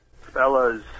Fellas